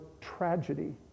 tragedy